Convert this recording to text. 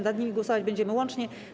Nad nimi głosować będziemy łącznie.